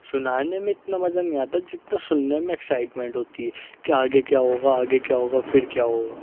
سنانے میں اتنا مزہ نہیں آتا ہے جتنا سننے میں ایکسائٹمنٹ ہوتی ہے کہ آگے کیا ہوگا آگے کیا ہوگا پھر کیا ہوگا